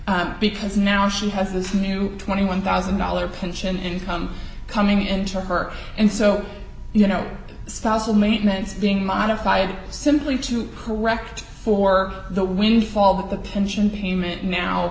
because now she has this new twenty one thousand dollars pension income coming into her and so you know spousal maintenance being modified simply to correct for the windfall that the pension payment now